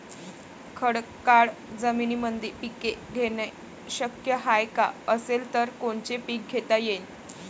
खडकाळ जमीनीमंदी पिके घेणे शक्य हाये का? असेल तर कोनचे पीक घेता येईन?